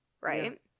right